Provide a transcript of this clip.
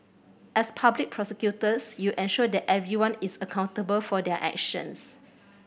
as public prosecutors you ensure that everyone is accountable for their actions